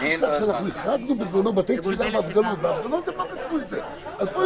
אנו מאשרים את סעיף 8 למעט התיקון הספציפי על הדבר הנוסף שנוסף,